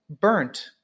burnt